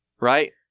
right